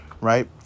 right